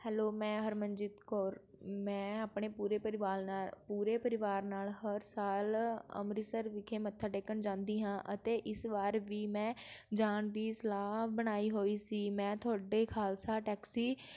hello ਮੈਂ ਹਰਮਨਜੀਤ ਕੌਰ ਮੈਂ ਆਪਣੇ ਪੂਰੇ ਪਰਿਵਾਰ ਨਾਲ ਪੂਰੇ ਪਰਿਵਾਰ ਨਾਲ ਹਰ ਸਾਲ ਅੰਮ੍ਰਿਤਸਰ ਵਿਖੇ ਮੱਥਾ ਟੇਕਣ ਜਾਂਦੀ ਹਾਂ ਅਤੇ ਇਸ ਵਾਰ ਵੀ ਮੈਂ ਜਾਣ ਦੀ ਸਲਾਹ ਬਣਾਈ ਹੋਈ ਸੀ ਮੈਂ ਤੁਹਾਡੇ ਖਾਲਸਾ ਟੈਕਸੀ